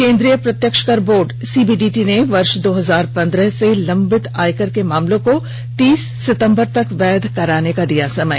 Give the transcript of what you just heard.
केंद्रीय प्रत्यक्ष कर बोर्ड सीबीडीटी ने वर्ष दो हजार पंद्रह से लंबित आयकर के मामलों को तीस सितंबर तक वैध कराने का दिया समय